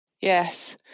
Yes